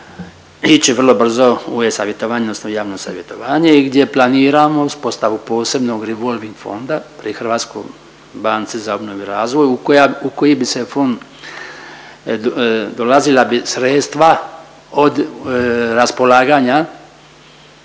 ići vrlo brzo u e-savjetovanje odnosno javno savjetovanje i gdje planiramo uspostavu posebnog revolving fonda pri HBOR-u u koji bi se fond, dolazila bi sredstva od raspolaganja